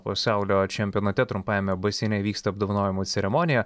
pasaulio čempionate trumpajame baseine vyksta apdovanojimų ceremonija